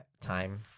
time